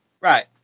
Right